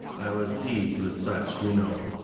i was seized with such, you know,